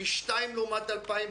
פי שתיים לעומת 2019,